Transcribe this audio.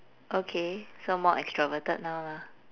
okay so more extroverted now lah